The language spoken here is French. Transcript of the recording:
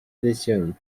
décision